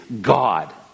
God